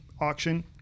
auction